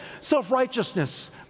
self-righteousness